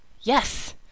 Yes